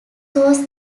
was